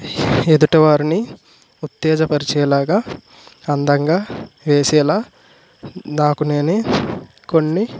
ఎదుటివారిని ఉత్తేజపరిచేలాగా అందంగా వేసేలాగా నాకు నేనే కొన్ని